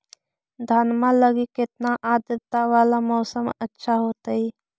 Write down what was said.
धनमा लगी केतना आद्रता वाला मौसम अच्छा होतई?